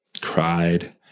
cried